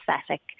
aesthetic